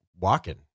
walking